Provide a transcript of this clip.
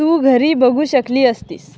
तू घरी बघू शकली असतीस